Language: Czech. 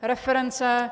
Reference.